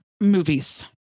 movies